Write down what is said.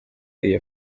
iyo